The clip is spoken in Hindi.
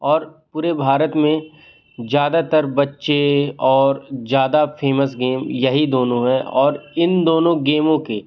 और पूरे भारत में ज़्यादातर बच्चे और ज़्यादा फेमस गेम यही दोनों है और इन दोनों गेमों के